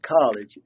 college